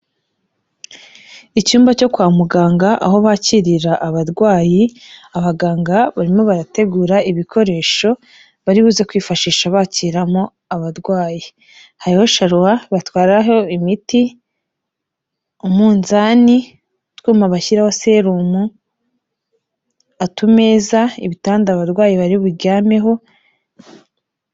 Icyumba cyo kwa muganga aho bakirira abarwayi, abaganga barimo barategura ibikoresho baribuze kwifashisha bakiramo abarwayi, hariho sharuwa batwaraho imiti, umunzani, utwuma bashyiraho serumu, utumeza, ibitanda abarwayi bari buryameho.